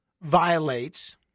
violates